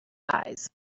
eyes